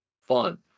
fun